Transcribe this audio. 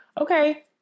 okay